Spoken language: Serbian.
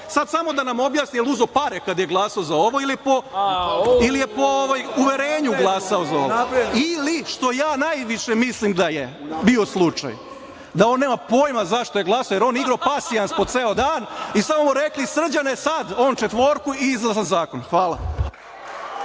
Sad samo da nam objasni jel uzeo pare kada je glasao za ovo ili je po uverenju glasao za ovo, ili što ja najviše mislim da je bio slučaj, da on nema pojma zašto je glasao, jer je on igrao pasijans po ceo dan i šta mu rekli – Srđane, sad, on četvorku i izglasan zakon. Hvala.